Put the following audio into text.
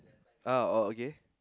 uh oh okay